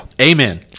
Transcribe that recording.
amen